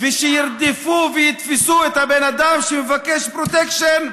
ושירדפו ויתפסו את האדם שמבקש פרוטקשן,